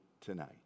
tonight